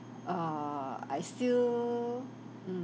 err I still mm